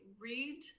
read